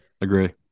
Agree